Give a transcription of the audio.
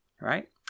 right